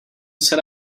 set